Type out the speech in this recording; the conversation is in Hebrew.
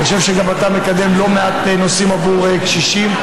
אני חושב שאתה מקדם לא מעט נושאים עבור קשישים.